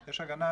יש הגנה